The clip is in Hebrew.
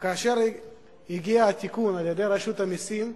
כאשר הגיע התיקון על-ידי רשות המסים,